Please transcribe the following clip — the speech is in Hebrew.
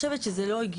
לא.